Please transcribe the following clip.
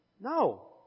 No